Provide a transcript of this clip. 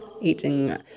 eating